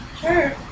Sure